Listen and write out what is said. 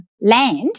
land